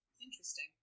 Interesting